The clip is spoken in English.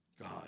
God